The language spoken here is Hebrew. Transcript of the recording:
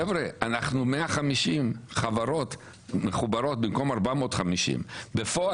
חבר'ה אנחנו 150 חברות מחוברות במקום 450. בפועל